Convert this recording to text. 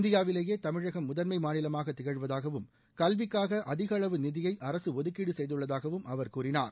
இந்தியாவிலேயே தமிழகம் முதன்மை மாநிலமாக திகழ்வதாகவும்கல்விக்காக அதிக அளவு நிதியை அரசு ஒதுக்கீடு செய்துள்ளதாகவும் அவர் கூறினார்